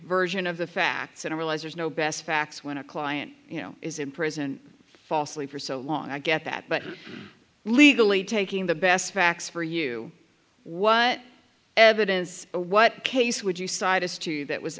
version of the facts and realize there's no best facts when a client is imprisoned falsely for so long i get that but legally taking the best facts for you what evidence what case would you cite as to that was